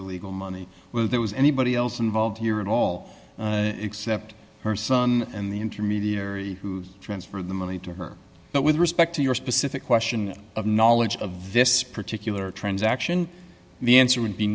illegal money whether there was anybody else involved here at all except her son and the intermediary who transfer the money to her but with respect to your specific question of knowledge of this particular transaction the answer would be